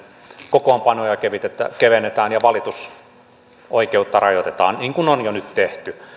kokoonpanoja kevennetään kevennetään ja valitusoikeutta rajoitetaan niin kuin on jo nyt tehty